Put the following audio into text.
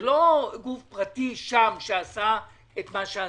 זה לא גוף פרטי שעשה שם את מה שעשה.